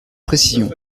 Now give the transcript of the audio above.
précisions